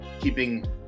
keeping